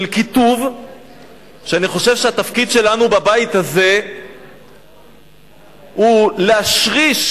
של קיטוב שאני חושב שהתפקיד שלנו בבית הזה הוא להשריש,